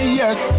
yes